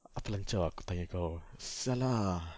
apa lanchiau ah aku tanya engkau apasal lah